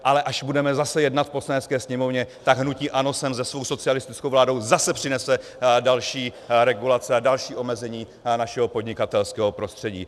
Ale až budeme zase jednat v Poslanecké sněmovně, tak hnutí ANO sem se svou socialistickou vládou zase přinese další regulace a další omezení našeho podnikatelského prostředí.